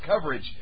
coverage